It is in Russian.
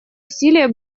усилия